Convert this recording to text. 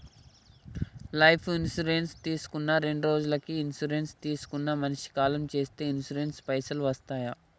Life insurance తీసుకున్న రెండ్రోజులకి insurance తీసుకున్న మనిషి కాలం చేస్తే ఇన్సూరెన్స్ పైసల్ వస్తయా?